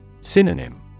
Synonym